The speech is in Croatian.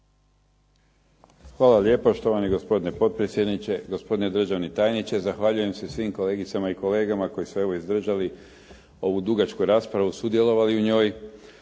Hvala lijepa štovani gospodine potpredsjedniče, gospodine državni tajniče. Zahvaljujem se svim kolegicama i kolegama koji su evo izdržali ovu dugačku raspravu, sudjelovali u njoj